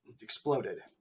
exploded